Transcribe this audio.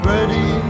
Ready